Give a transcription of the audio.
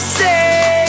say